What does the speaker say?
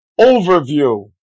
Overview